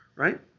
Right